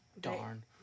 Darn